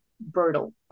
brutal